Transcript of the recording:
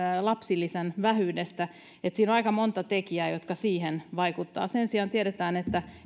lapsilisän vähyydestä siinä on aika monta tekijää jotka siihen vaikuttavat sen sijaan tiedetään että